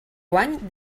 guany